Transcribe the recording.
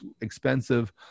expensive